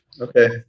okay